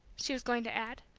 she was going to add.